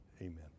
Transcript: amen